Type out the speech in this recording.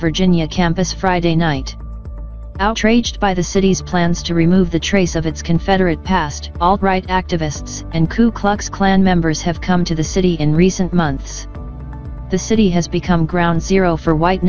virginia campus friday night outraged by the city's plans to remove the trace of its confederate past all right activists and ku klux klan members have come to the city in recent months the city has become ground zero for white